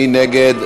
מי נגד?